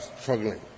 struggling